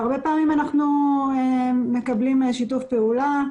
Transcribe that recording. הרבה פעמים אנחנו מקבלים שיתוף פעולה,